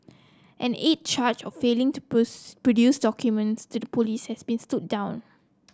an eighth charge of failing to produce documents to the police has been stood down